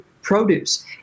produce